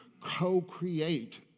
co-create